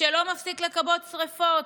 שלא מפסיק לכבות שרפות: